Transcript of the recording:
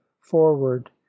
forward